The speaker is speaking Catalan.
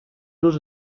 los